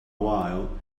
while